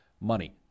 money